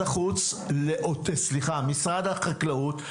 משרד החקלאות,